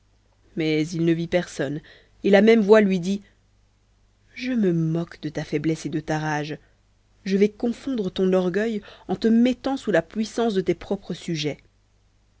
mais il ne vit personne et la même voix lui dit je me moque de ta faiblesse et de ta rage je vais confondre ton orgueil en te mettant sous la puissance de tes propres sujets